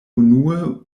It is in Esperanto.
unue